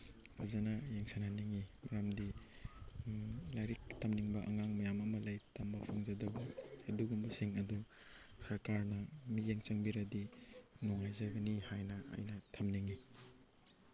ꯐꯖꯅ ꯌꯦꯡꯁꯤꯟꯍꯟꯅꯤꯡꯉꯤ ꯃꯔꯝꯗꯤ ꯂꯥꯏꯔꯤꯛ ꯇꯝꯅꯤꯡꯕ ꯑꯉꯥꯡ ꯃꯌꯥꯝ ꯑꯃ ꯂꯩ ꯇꯝꯕ ꯐꯪꯖꯗꯕ ꯑꯗꯨꯒꯨꯝꯕꯁꯤꯡ ꯑꯗꯨ ꯁꯔꯀꯥꯔꯅ ꯃꯤꯠꯌꯦꯡ ꯆꯪꯕꯤꯔꯗꯤ ꯅꯨꯡꯉꯥꯏꯖꯒꯅꯤ ꯍꯥꯏꯅ ꯑꯩꯅ ꯊꯝꯅꯤꯡꯉꯤ